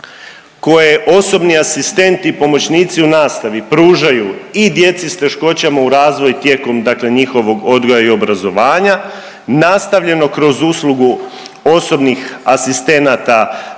koje osobni asistenti i pomoćnici u nastavi pružaju i djeci s teškoćama u razvoju tijekom njihovog odgoja i obrazovanja, nastavljeno kroz uslugu osobnih asistenata